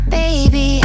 baby